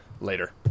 later